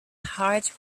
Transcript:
heart